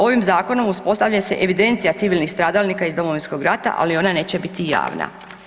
Ovim zakonom uspostavlja se evidencija civilnih stradalnika iz Domovinskog rata, ali ona neće biti javna.